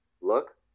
look